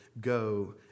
go